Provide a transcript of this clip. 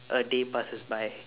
a day passes by